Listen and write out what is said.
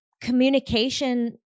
communication